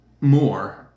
more